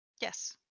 Yes